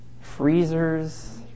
freezers